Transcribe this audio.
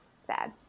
sad